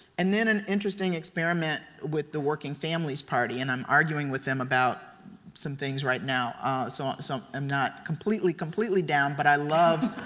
and then an interesting experiment with the working families party. and i'm arguing with them about some things right now ah so i'm not completely, completely down but i love